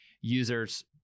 users